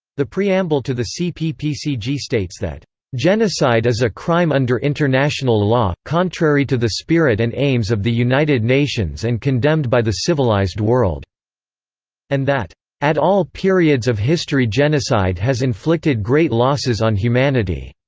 the preamble to the cppcg states that genocide is a crime under international law, contrary to the spirit and aims of the united nations and condemned by the civilized world and that at all periods of history genocide has inflicted great losses on humanity.